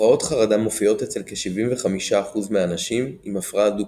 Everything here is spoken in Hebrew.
הפרעות חרדה מופיעות אצל כ־75% מהאנשים עם הפרעה דו-קוטבית.